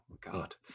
God